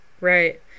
right